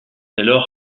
alors